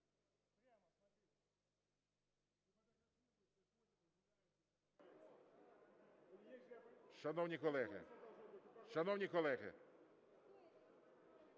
Шановні колеги,